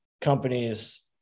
companies